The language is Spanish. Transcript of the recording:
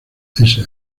ese